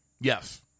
Yes